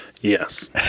Yes